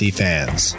fans